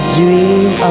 dream